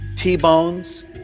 T-bones